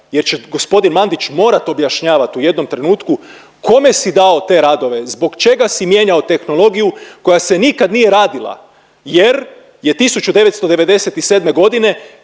jer će g. Mandić morat objašnjavat u jednom trenutku kome si dao te radove, zbog čega si mijenjao tehnologiju koja se nikad nije radila jer je 1997.g.